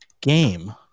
game